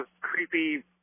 creepy